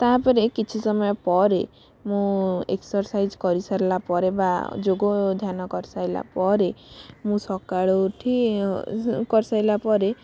ତା'ପରେ କିଛି ସମୟ ପରେ ମୁଁ ଏକ୍ସରସାଇଜ କରିସାରିଲା ପରେ ବା ଯୋଗ ଧ୍ୟାନ କରିସାଇଲା ପରେ ମୁଁ ସକାଳୁ ଉଠି କରିସାରିଲା ପରେ